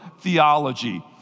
theology